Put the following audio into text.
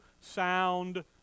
sound